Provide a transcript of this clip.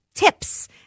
Tips